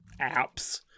apps